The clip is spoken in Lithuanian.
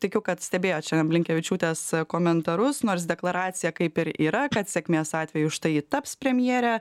tikiu kad stebėjot šiandien blinkevičiūtės komentarus nors deklaracija kaip ir yra kad sėkmės atveju štai ji taps premjere